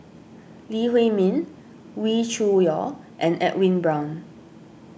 Lee Huei Min Wee Cho Yaw and Edwin Brown